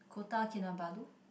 Kota-Kinabalu